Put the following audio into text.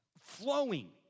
flowing